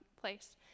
place